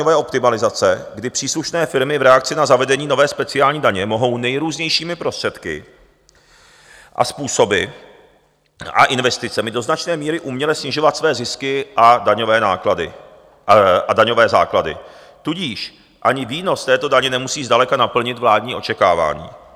daňové optimalizace, kdy příslušné firmy v reakci na zavedení nové speciální daně mohou nejrůznějšími prostředky, způsoby a investicemi do značné míry uměle snižovat své zisky a daňové základy, tudíž ani výnos této daně nemusí zdaleka naplnit vládní očekávání.